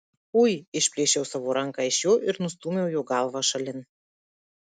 ui išplėšiau savo ranką iš jo ir nustūmiau jo galvą šalin